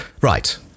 Right